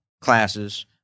classes